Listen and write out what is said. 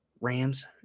Rams